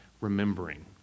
remembering